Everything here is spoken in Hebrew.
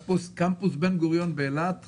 קמפוס בן גוריון באילת חי,